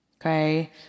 okay